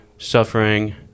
suffering